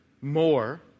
more